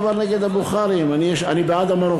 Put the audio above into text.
אין לי שום דבר נגד הבוכרים, אני בעד המרוקאים.